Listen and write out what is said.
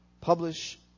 publish